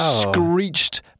screeched